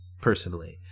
personally